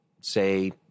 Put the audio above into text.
say